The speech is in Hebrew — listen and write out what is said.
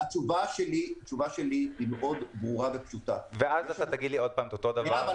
התשובה שלי היא מאוד ברורה ופשוטה -- ואז אתה תגיד לי שוב אותו דבר.